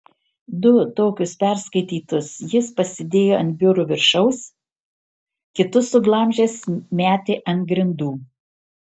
du tokius perskaitytus jis pasidėjo ant biuro viršaus kitus suglamžęs metė ant grindų